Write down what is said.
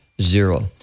Zero